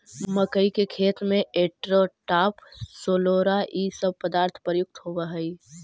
मक्कइ के खेत में एट्राटाफ, सोलोरा इ सब पदार्थ प्रयुक्त होवऽ हई